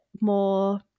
more